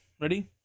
Ready